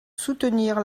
soutenir